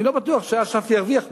אני לא בטוח שאש"ף ירוויח מזה,